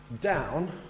down